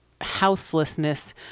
houselessness